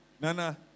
Nana